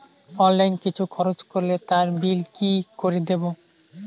Online কিছু খরচ করলে তার বিল কি করে দেবো?